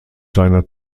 seiner